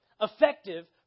effective